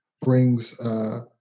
brings